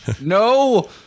No